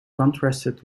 contrasted